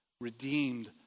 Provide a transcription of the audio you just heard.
redeemed